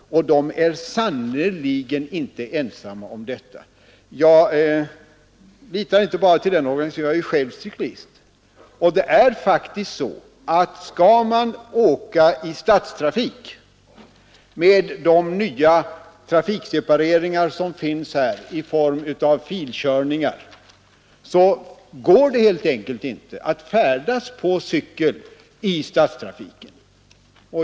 Och den är sannerligen inte ensam om sin uppfattning. Jag litar inte bara till den organisationen. Jag är själv cyklist. Om man skall åka i stadstrafik med de nya trafiksepareringar som finns i form av filkörning, går det helt enkelt inte att färdas på cykel.